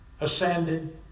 ascended